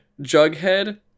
Jughead